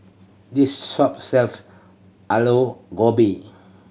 this shop sells Aloo Gobi